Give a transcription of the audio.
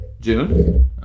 june